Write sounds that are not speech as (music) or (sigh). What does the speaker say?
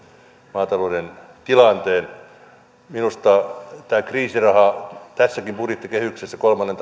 maatalouden tilanteen minusta tämä kriisiraha tässäkin budjettikehyksessä kolmannen (unintelligible)